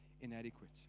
inadequate